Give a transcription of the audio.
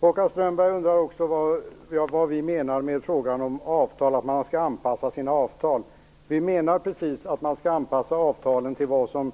Håkan Strömberg undrar också vad vi menar med att man skall anpassa sina avtal. Vi menar att avtalen skall anpassas till vad som